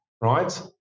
right